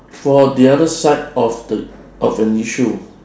for the other side of the of an issue